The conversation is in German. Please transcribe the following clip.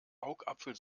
augapfel